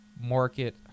market